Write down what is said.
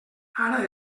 ara